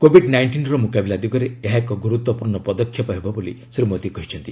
Covid ନାଇଷ୍ଟିନର ମୁକାବିଲା ଦିଗରେ ଏହା ଏକ ଗୁରୁତ୍ୱପୂର୍ଣ୍ଣ ପଦକ୍ଷେପ ହେବ ବୋଲି ଶ୍ରୀ ମୋଦୀ କହିଛନ୍ତି